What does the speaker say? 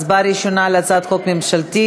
הצבעה ראשונה על הצעת החוק הממשלתית,